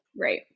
right